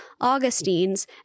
Augustine's